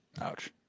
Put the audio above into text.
ouch